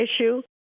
issue